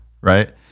right